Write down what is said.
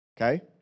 Okay